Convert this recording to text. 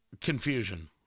confusion